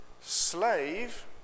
slave